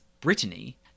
Brittany